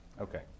Okay